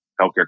healthcare